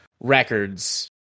records